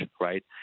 right